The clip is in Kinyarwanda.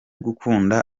gukunda